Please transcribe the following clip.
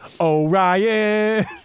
Orion